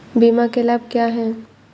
बीमा के लाभ क्या हैं?